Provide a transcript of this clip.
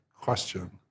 question